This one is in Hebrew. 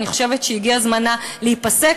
אני חושבת שהגיעה זמנה להיפסק.